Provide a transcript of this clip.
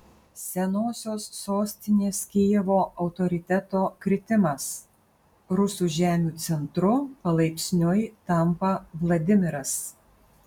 senosios sostinės kijevo autoriteto kritimas rusų žemių centru palaipsniui tampa vladimiras